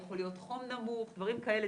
יכול להיות חום נמוך ודברים כאלה,